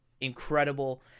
incredible